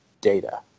data